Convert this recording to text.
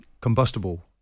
combustible